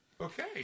Okay